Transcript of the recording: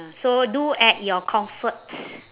so do at your comforts